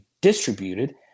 distributed